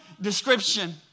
description